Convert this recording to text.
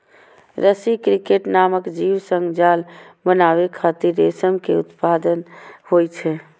रसी क्रिकेट नामक जीव सं जाल बनाबै खातिर रेशम के उत्पादन होइ छै